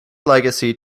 legacy